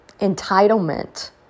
entitlement